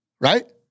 right